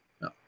no